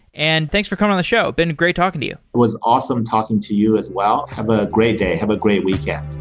and thanks for coming on the show. been great talking to you it was awesome talking to you as well. have a great day. have a great weekend